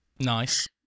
Nice